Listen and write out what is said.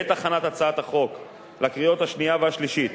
בעת הכנת הצעת החוק לקריאות השנייה והשלישית,